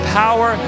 power